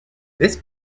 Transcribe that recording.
this